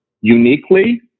uniquely